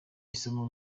isomo